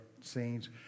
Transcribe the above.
scenes